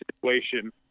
situation